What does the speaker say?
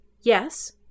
Yes